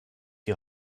die